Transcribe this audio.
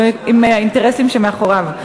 ועם האינטרסים שמאחוריו.